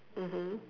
mmhmm